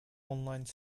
online